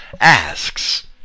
asks